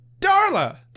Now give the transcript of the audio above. Darla